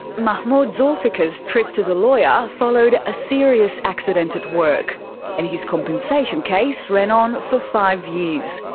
mahmoud zoulfikar's trip to the lawyer followed a serious accident at work and his compensation case ran on for five years.